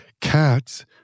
cats